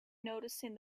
noticing